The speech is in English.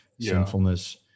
sinfulness